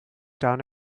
down